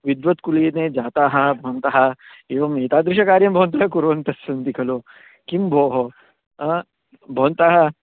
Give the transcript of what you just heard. विद्वत्कुलीने जाताः भवन्तः एवम् एतादृशकार्यं भवन्तः कुर्वन्तस्सन्ति खलु किं भोः आ भवन्तः